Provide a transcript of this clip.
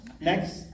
Next